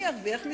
מי ירוויח מזה?